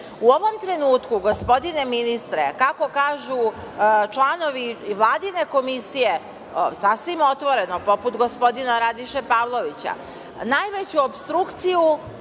ovom trenutku, gospodine ministre, kako kažu članovi Vladine komisije, sasvim otvoreno, poput gospodina Radiše Pavlovića, najveću opstrukciju,